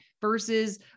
versus